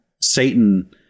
Satan